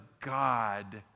God